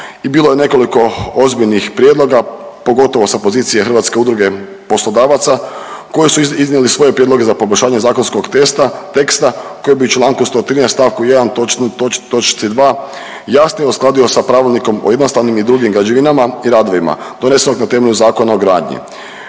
i bilo je nekoliko ozbiljnih prijedloga, pogotovo sa pozicije Hrvatske udruge poslodavaca koji su iznijeli svoje prijedloge za poboljšanje zakonskog testa, teksta koji bi čl. 113. st. 1. toč. 2. jasnije uskladio sa Pravilnikom o jednostavnim i drugim građevinama i radovima donesenog na temelju Zakona o gradnji.